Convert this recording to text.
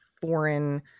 Foreign